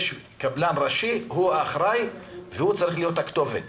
יש קבלן ראשי והוא האחראי וצריך להיות הכתובת.